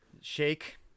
shake